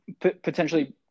potentially